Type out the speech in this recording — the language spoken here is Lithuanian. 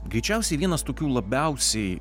greičiausiai vienas tokių labiausiai